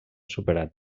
superat